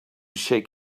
shake